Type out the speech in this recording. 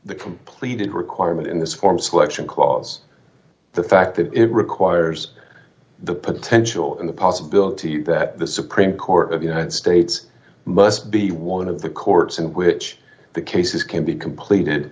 the completed requirement in this form selection clause the fact that it requires the potential and the possibility that the supreme court of united states must be one of the courts in which the cases can be completed